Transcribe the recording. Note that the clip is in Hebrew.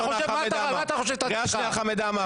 קריאה ראשונה, חמד עמאר.